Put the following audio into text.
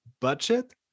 budget